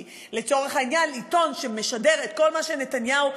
כי לצורך העניין עיתון שמשדר את כל מה שנתניהו,